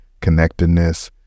connectedness